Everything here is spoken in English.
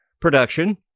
production